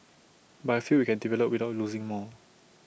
but I feel we can develop without losing more